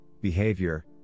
behavior